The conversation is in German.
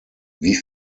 wie